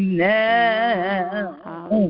now